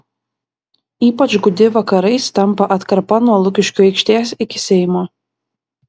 ypač gūdi vakarais tampa atkarpa nuo lukiškių aikštės iki seimo